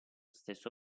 stesso